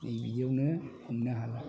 नै बिदियावनो हमनो हाला